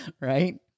right